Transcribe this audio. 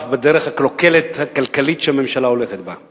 בדרך הכלכלית הקלוקלת שהממשלה הולכת בה.